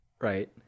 Right